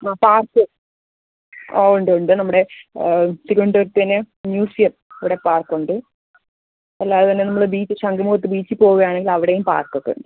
ആ പാർക്ക് ഓ ഉണ്ട് ഉണ്ട് നമ്മുടെ തിരുവനന്തപുരത്ത് തന്നെ മ്യൂസിയം ഇവിടെ പാർക്ക് ഉണ്ട് അല്ലാതെ തന്നെ നമ്മൾ ബീച്ച് ശംഖുമുഖത്ത് ബീച്ച് പോവുകയാണെങ്കിൽ അവിടെയും പാർക്കൊക്കെ ഉണ്ട്